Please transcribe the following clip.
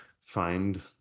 find